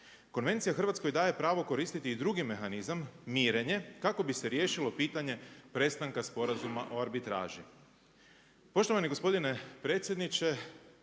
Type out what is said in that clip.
Konvencija Hrvatskoj daje pravo koristiti i drugi mehanizam mirenjem kako bi se riješilo pitanje prestanka Sporazuma o arbitraži. Poštovani gospodine predsjedniče,